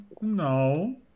no